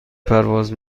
پرواز